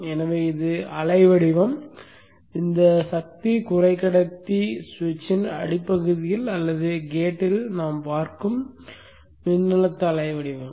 எனவே இது அலைவடிவம் இந்த சக்தி குறைக்கடத்தி சுவிட்சின் அடிப்பகுதியில் அல்லது கேட் ல் நாம் பார்க்கும் மின்னழுத்த அலைவடிவம்